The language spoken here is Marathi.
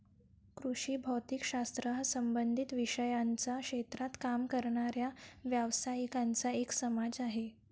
कृषी भौतिक शास्त्र हा संबंधित विषयांच्या क्षेत्रात काम करणाऱ्या व्यावसायिकांचा एक समाज आहे